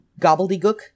gobbledygook